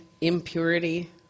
impurity